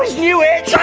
knew it!